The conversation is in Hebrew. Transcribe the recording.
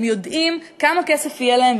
הם יודעים כמה כסף יהיה להם,